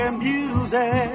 music